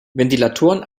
ventilator